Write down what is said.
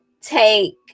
take